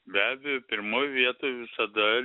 be abejo pirmoj vietoj visada